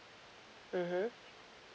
mmhmm